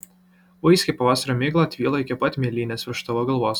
vaiski pavasario migla tvylo iki pat mėlynės virš tavo galvos